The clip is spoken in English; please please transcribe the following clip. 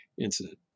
incident